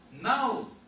Now